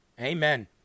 Amen